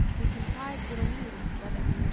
we contrived little meetings together.